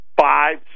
Five